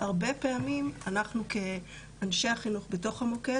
הרבה פעמים אנחנו כאנשי החינוך בתוך המוקד